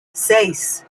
seis